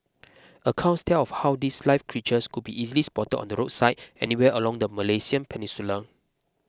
accounts tell of how these live creatures could be easily spotted on the roadside anywhere along the Malaysian peninsula